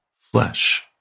flesh